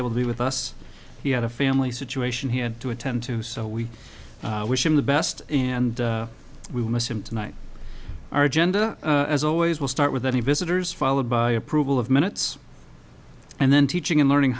able to be with us he had a family situation he had to attend to so we wish him the best and we will miss him tonight our agenda as always will start with any visitors followed by approval of minutes and then teaching and learning